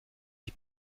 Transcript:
ich